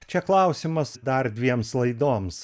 čia klausimas dar dviems laidoms